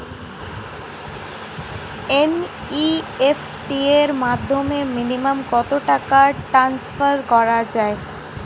NEFT র মাধ্যমে minimum কত টাকা টান্সফার করা যায়?